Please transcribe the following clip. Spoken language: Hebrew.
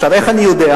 עכשיו, איך אני יודע?